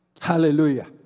Hallelujah